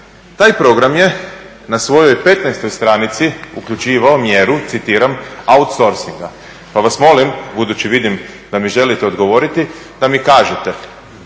Taj program je na svojoj 15 stranici uključivao mjeru "Outsorcinga". Pa vas molim, budući vidim da mi želite odgovoriti da mi kažete